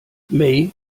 may